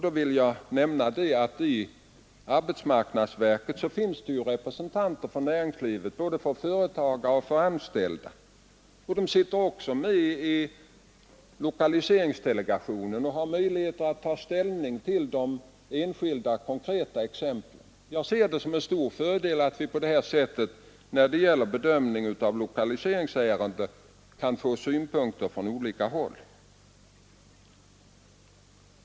Då vill jag nämna att det i arbetsmarknadsverket finns representanter för näringslivet — både företagare och anställda. De sitter också med i lokaliseringsdelegationen och har där möjlighet att ta ställning till de enskilda konkreta exemplen. Jag ser det som en stor fördel när det gäller bedömning av lokaliseringsärenden att vi på detta sätt kan få synpunkter från olika håll.